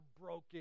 broken